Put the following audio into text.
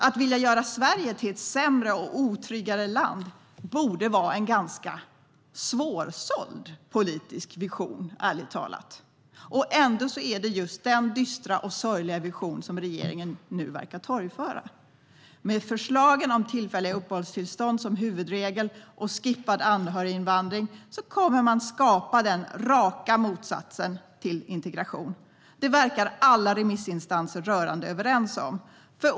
Att vilja göra Sverige till ett sämre och otryggare land borde ärligt talat vara en ganska svårsåld politisk vision. Ändå är det just den dystra och sorgliga visionen regeringen nu verkar torgföra. Med förslagen om tillfälliga uppehållstillstånd som huvudregel och skippad anhöriginvandring kommer man att skapa raka motsatsen till integration. Det verkar alla remissinstanser rörande överens om.